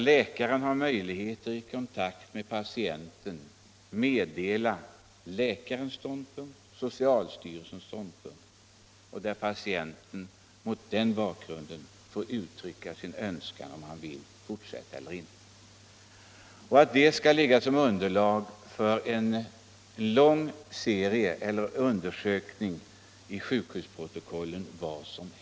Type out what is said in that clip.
Läkaren skulle då meddela patienten sin inställning och redogöra för socialstyrelsens ståndpunkt, och patienten skulle med den kännedomen få uttrycka sin önskan att fortsätta behandlingen eller inte. Och låt det material som kommer fram utgöra underlag för en stor undersökning om vad som händer och sker.